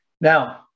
Now